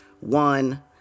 one